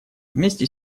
вместе